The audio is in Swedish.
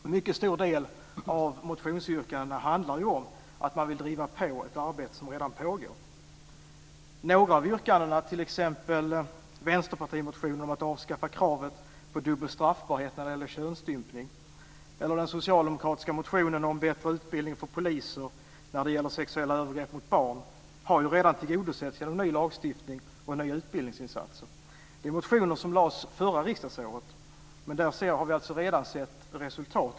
En mycket stor del av motionsyrkandena handlar ju om att man vill driva på ett arbete som redan pågår. Några av yrkandena, t.ex. vänsterpartimotionen om att avskaffa kravet på dubbel straffbarhet när det gäller könsstympning eller den socialdemokratiska motionen om bättre utbildning för poliser när det gäller sexuella övergrepp mot barn, har redan tillgodosetts genom ny lagstiftning och nya utbildningsinsatser. Det är motioner som väcktes förra riksdagsåret men där vi alltså redan har sett resultat.